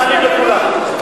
לכולם.